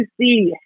see